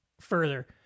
further